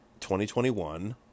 2021